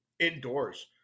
Indoors